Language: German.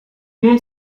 nun